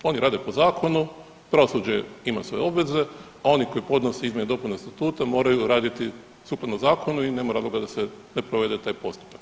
Oni rade po zakonu, pravosuđe ima svoje obveze, a oni koji podnose izmjene i dopune statuta moraju raditi sukladno zakonu i nema razloga da se ne provede taj postupak.